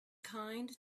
kind